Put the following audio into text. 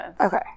Okay